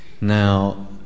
Now